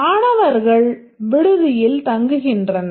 மாணவர்கள் விடுதிகளில் தங்குகின்றனர்